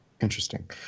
Interesting